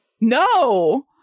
No